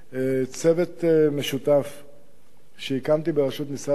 צוות משותף שהקמתי, בראשות משרד התמ"ת,